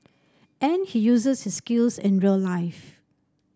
and he uses his skills in real life